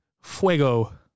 Fuego